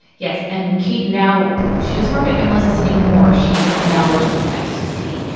yes. and kate now she does work at emily's list anymore. she now works at the fcc.